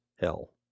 hell